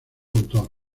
autor